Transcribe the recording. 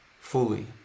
fully